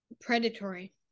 predatory